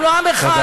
אנחנו עם אחד,